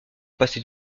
passer